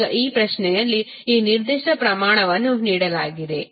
ಈಗ ಈ ಪ್ರಶ್ನೆಯಲ್ಲಿ ಈ ನಿರ್ದಿಷ್ಟ ಪ್ರಮಾಣವನ್ನು ನೀಡಲಾಗಿದೆ